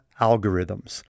algorithms